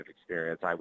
experience